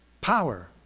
power